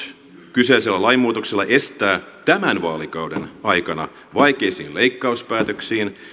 kyseisellä lainmuutoksella estää tämän vaalikauden aikana vaikeisiin leikkauspäätöksiin